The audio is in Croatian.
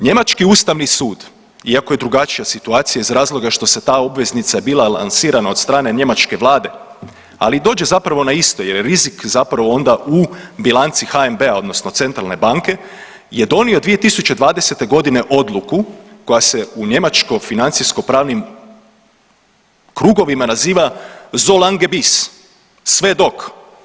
Njemački ustavni sud, iako je drugačija situacija iz razloga što se ta obveznica bila je lansirana od strane njemačke vlade, ali dođe zapravo na isto jer je rizik zapravo onda u bilanci HNB-a odnosno centralne banke je donio 2020.g. odluku koja se u njemačko financijsko pravnim krugovima nazivam solange bis, sve dok.